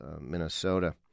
Minnesota